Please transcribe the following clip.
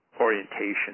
orientation